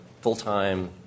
full-time